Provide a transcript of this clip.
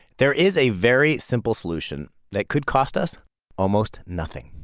there is a very simple solution that could cost us almost nothing